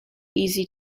easy